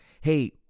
hey